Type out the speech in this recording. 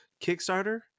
Kickstarter